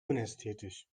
unästhetisch